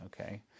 okay